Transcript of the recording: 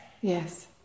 Yes